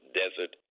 desert